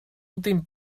últim